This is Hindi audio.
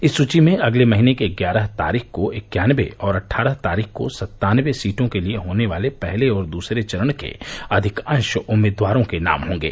इस सूची में अगले महीने की ग्यााह तारीख को इक्यानवे और अट्ठारह तारीख को सन्तानवे सीटों के लिए होने वाले पहले और दूसरे चरण के अधिकांश उम्मीदवारों के नाम होंगे